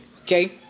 okay